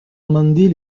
amender